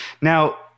Now